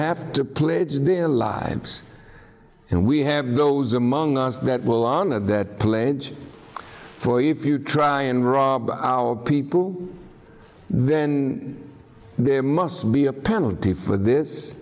have to pledge their lives and we have those among us that will honor that pledge for you if you try and rob our people then there must be a penalty for this